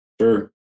Sure